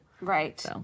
Right